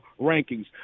rankings